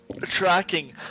tracking